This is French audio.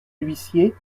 l’huissier